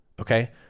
okay